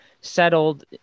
settled